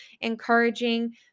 encouraging